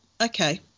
okay